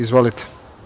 Izvolite.